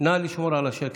נא לשמור על השקט.